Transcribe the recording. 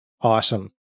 awesome